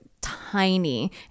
tiny